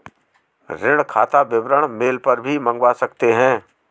ऋण खाता विवरण मेल पर भी मंगवा सकते है